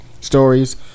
stories